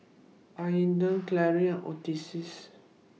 Aydan Carie and Ottis